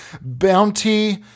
bounty